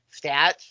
stats